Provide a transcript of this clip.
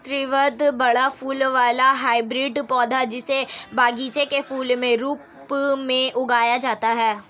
स्रीवत बड़ा फूल वाला हाइब्रिड पौधा, जिसे बगीचे के फूल के रूप में उगाया जाता है